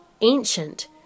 ancient